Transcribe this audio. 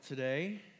Today